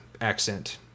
accent